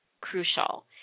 crucial